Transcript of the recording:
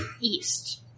east